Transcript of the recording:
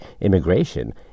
immigration